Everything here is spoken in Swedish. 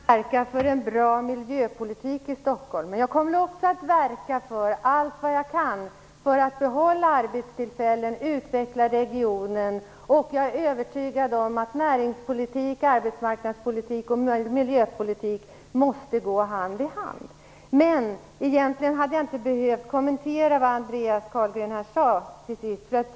Herr talman! Jag kommer att med kraft verka för en bra miljöpolitik i Stockholm. Jag kommer också att allt vad jag kan verka för att behålla arbetstillfällen och för att utveckla regionen. Jag är övertygad om att näringspolitik, arbetsmarknadspolitik och miljöpolitik måste gå hand i hand. Egentligen hade jag inte behövt kommentera vad Andreas Carlgren sade avslutningsvis.